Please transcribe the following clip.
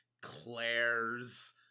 Claire's